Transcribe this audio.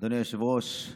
אדוני היושב-ראש,